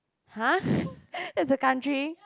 [huh] that's a country